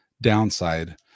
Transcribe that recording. downside